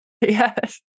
Yes